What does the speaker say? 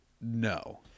No